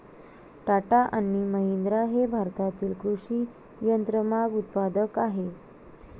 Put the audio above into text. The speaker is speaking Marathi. टाटा आणि महिंद्रा हे भारतातील कृषी यंत्रमाग उत्पादक आहेत